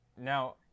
now